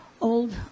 old